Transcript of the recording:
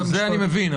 זה אני מבין,